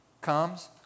comes